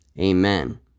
Amen